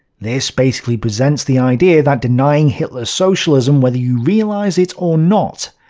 this basically presents the idea that denying hitler's socialism, whether you realize it or not,